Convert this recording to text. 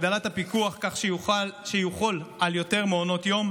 הגדלת הפיקוח כך שיחול על יותר מעונות יום